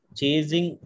chasing